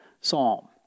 psalm